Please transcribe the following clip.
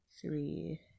three